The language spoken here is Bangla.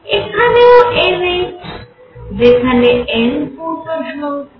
এখানেও n h যেখানে n পূর্ণসংখ্যা